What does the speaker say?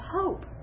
hope